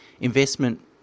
investment